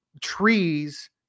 trees